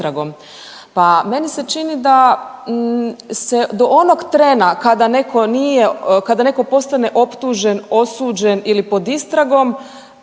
pa meni se čini da se do onog trena kada neko nije, kada neko postane optužen, osuđen ili pod istragom